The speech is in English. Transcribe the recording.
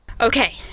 Okay